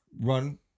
run